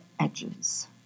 edges